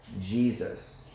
jesus